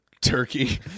turkey